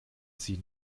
sie